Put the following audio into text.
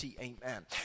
Amen